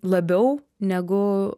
labiau negu